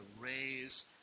raise